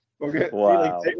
Wow